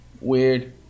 weird